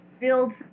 build